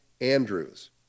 Andrews